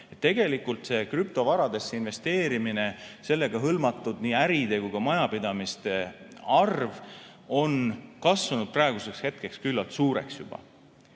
Tegelikult see krüptovaradesse investeerimine, sellega hõlmatud nii äride kui ka majapidamiste arv on kasvanud praeguseks hetkeks juba küllaltki suureks.